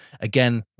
Again